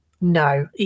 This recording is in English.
no